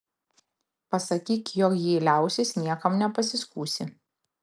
pasakyk jog jei liausis niekam nepasiskųsi